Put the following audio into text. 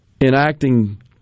enacting